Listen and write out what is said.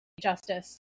justice